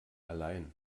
allein